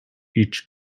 each